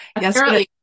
Yes